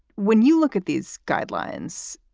when you look at these guidelines,